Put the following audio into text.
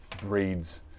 breeds